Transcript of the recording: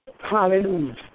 Hallelujah